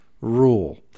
rule